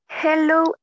Hello